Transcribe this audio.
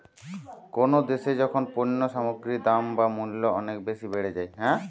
কোনো দ্যাশে যখন পণ্য সামগ্রীর দাম বা মূল্য অনেক বেশি বেড়ে যায়